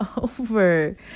over